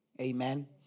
Amen